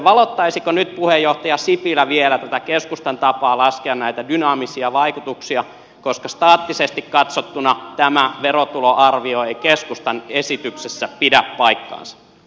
valottaisiko nyt puheenjohtaja sipilä vielä tätä keskustan tapaa laskea näitä dynaamisia vaikutuksia koska staattisesti katsottuna tämä verotuloarvio ei keskustan esityksessä pidä paikkaansa